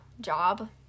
job